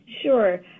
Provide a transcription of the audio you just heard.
Sure